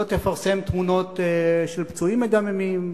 לא תפרסם תמונות של פצועים מדממים,